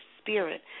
spirit